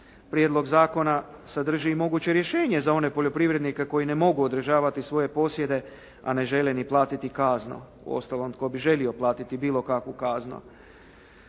Prijedlog zakona sadrži i moguće rješenje za one poljoprivrednike koji ne mogu održavati svoje posjede, a ne žele ni platiti kaznu. U ostalom tko bi želio i platiti bilo kakvu kaznu.